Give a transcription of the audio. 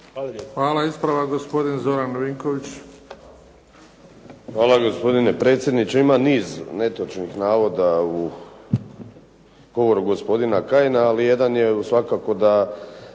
razumije./. **Vinković, Zoran (SDP)** Hvala gospodine predsjedniče. Ima niz netočnih navoda u govoru gospodina Kajina, ali jedan je svakako da